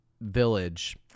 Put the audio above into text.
village